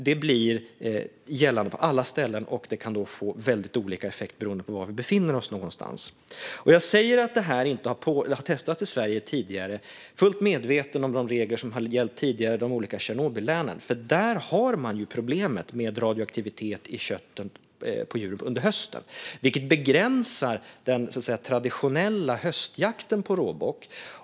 Det blir gällande på alla ställen, och det kan få väldigt olika effekt beroende på var vi befinner oss någonstans. Jag säger att det inte har testats i Sverige tidigare. Jag är fullt medveten om de regler som har gällt tidigare i de olika Tjernobyllänen. Där har man ju problemet med radioaktivitet i djur under hösten, vilket begränsar den traditionella höstjakten på råbock.